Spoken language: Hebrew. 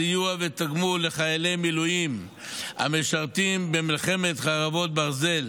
סיוע ותגמול לחיילי מילואים המשרתים במלחמת חרבות ברזל,